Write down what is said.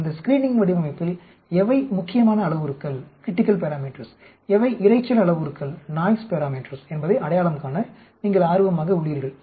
அந்த ஸ்கிரீனிங் வடிவமைப்பில் எவை முக்கியமான அளவுருக்கள் எவை இரைச்சல் அளவுருக்கள் என்பதை அடையாளம் காண நீங்கள் ஆர்வமாக உள்ளீர்கள்